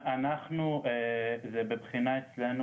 זה בבחינה אצלנו,